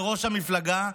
לראש המפלגה,